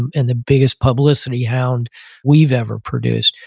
and and the biggest publicity hound we've ever produced.